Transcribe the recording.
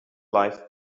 life